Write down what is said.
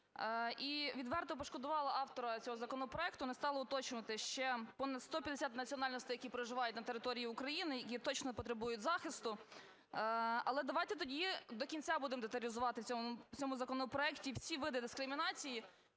і відверто пошкодувала автора цього законопроекту, не стала уточнювати, ще понад 150 національностей, які проживають на території України, які точно потребують захисту. Але давайте тоді до кінця будемо деталізувати в цьому законопроекті всі види дискримінації,